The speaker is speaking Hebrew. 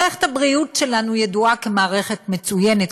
מערכת הבריאות שלנו ידועה כמערכת מצוינת,